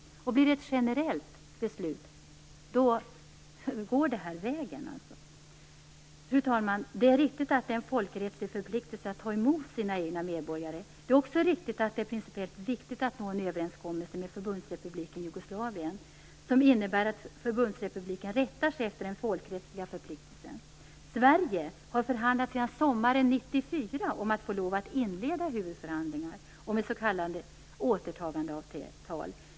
Om det blir ett generellt beslut går det här vägen. Fru talman! Det är riktigt att det är en folkrättslig förpliktelse att ta emot sina egna medborgare. Det är också riktigt att det är principiellt viktigt att nå en överenskommelse med förbundsrepubliken Jugoslavien, som innebär att förbundsrepubliken rättar sig efter den folkrättsliga förpliktelsen. Sverige har förhandlat sedan sommaren 1994 om att få inleda huvudförhandlingar om ett s.k. återtagandeavtal.